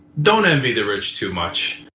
don't envy the rich too much.